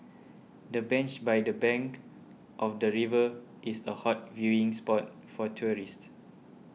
the bench by the bank of the river is a hot viewing spot for tourists